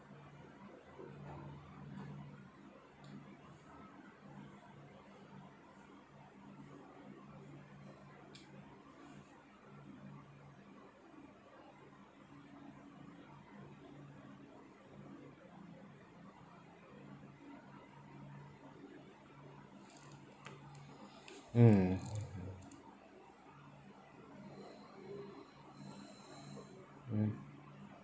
mm mm